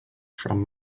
from